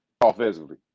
offensively